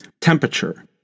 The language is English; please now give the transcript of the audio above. temperature